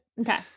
Okay